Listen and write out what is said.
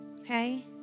okay